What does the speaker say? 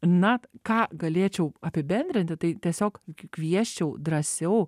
na ką galėčiau apibendrinti tai tiesiog kviesčiau drąsiau